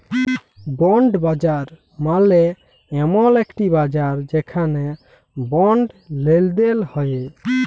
bond বাজার মালে এমল একটি বাজার যেখালে বন্ড লেলদেল হ্য়েয়